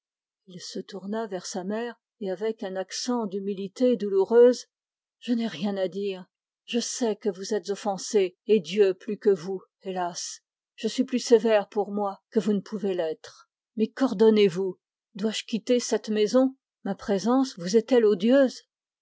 il se tourna vers sa mère et avec un accent d'humilité douloureuse je n'ai rien à dire je sais que vous êtes offensée et dieu plus que vous hélas je suis plus sévère pour moi que vous ne pouvez l'être mais quordonnez vous dois-je quitter cette maison ma présence vous est-elle odieuse